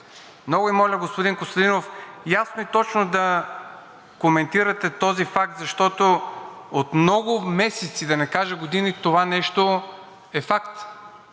Много Ви моля, господин Костадинов, ясно и точно да коментирате този факт, защото от много месеци, да не кажа, години, това нещо е факт